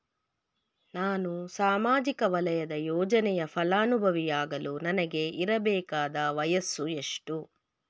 ನಾನು ಸಾಮಾಜಿಕ ವಲಯದ ಯೋಜನೆಯ ಫಲಾನುಭವಿಯಾಗಲು ನನಗೆ ಇರಬೇಕಾದ ವಯಸ್ಸುಎಷ್ಟು?